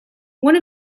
one